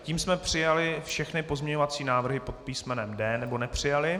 Tím jsme přijali všechny pozměňovací návrhy pod písmenem D nebo nepřijali.